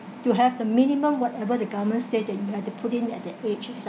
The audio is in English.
to have the minimum whatever the government say that you have to put in at the age itself